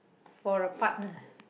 for a partner